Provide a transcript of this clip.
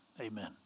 amen